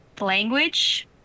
language